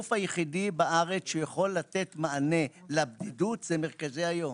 הגוף היחידי בארץ שיכול לתת מענה לבדידות זה מרכזי היום.